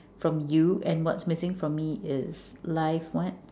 from you and what's missing from me is live what